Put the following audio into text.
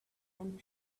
and